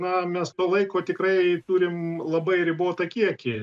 na mes to laiko tikrai turim labai ribotą kiekį